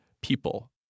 people